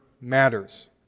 matters